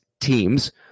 teams